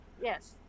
Yes